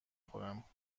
خورم